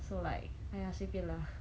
so like !aiya! 随便啦